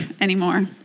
anymore